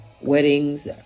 weddings